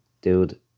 dude